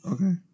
Okay